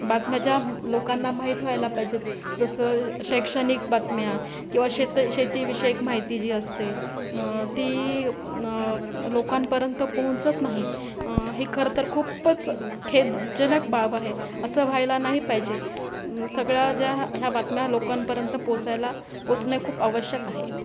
बातम्या ज्या लोकांना माहीत व्हायला पाहिजेत जसं शैक्षणिक बातम्या किंवा शेत शेतीविषयक माहिती जी असते ती लोकांपर्यंत पोहोचत नाही हे खरं तर खूपच खेदजनक बाब आहे असं व्हायला नाही पाहिजे सगळ्या ज्या ह्या बातम्या लोकांपर्यंत पोहोचायला पोचणे खूप आवश्यक आहे